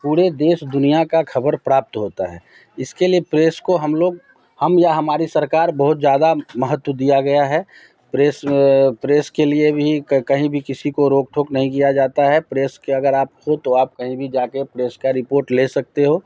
पुरे देश दुनिया की ख़बर प्राप्त होती है इसके लिए प्रेस को हम लोग हम या हमारी सरकार बहुत ज़्यादा महत्व दिया गया है प्रेस प्रेस के लिए भी कहीं भी किसी को रोक ठोक नहीं किया जाता है प्रेस की अगर आप हो तो आप कहीं भी जा कर प्रेस का रिपोट ले सकते हो